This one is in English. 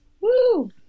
Woo